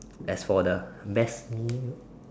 as for the best meal